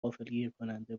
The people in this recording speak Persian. غافلگیرکننده